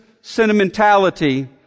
sentimentality